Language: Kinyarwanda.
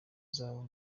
zawe